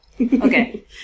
Okay